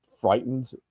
frightened